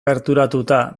gerturatuta